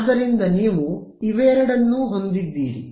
ಆದ್ದರಿಂದ ನೀವು ಇವೆರಡನ್ನೂ ಹೊಂದಿದ್ದೀರಿ